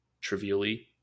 trivially